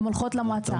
אלא למועצה.